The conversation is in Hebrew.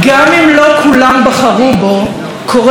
קורא להם בוגדים ועוכרי ישראל.